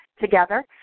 together